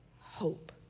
hope